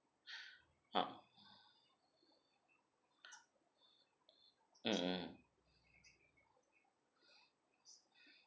ah mm mm